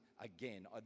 again